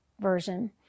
version